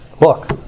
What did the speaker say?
Look